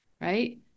right